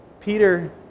Peter